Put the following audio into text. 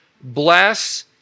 Bless